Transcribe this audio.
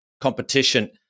competition